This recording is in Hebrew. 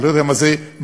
הוא לא יודע מה זה מנוע.